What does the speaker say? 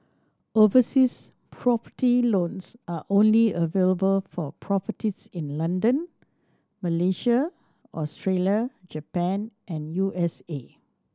overseas property loans are only available for properties in London Malaysia Australia Japan and U S A